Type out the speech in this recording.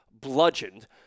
bludgeoned